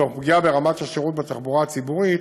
תוך פגיעה ברמת השירות בתחבורה הציבורית